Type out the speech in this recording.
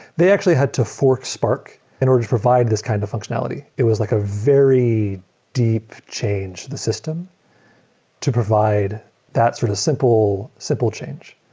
they actually had to fork spark in order to provide this kind of functionality. it was like a very deep change to the system to provide that sort of simple simple change.